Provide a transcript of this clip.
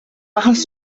áthas